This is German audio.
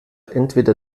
entweder